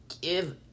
give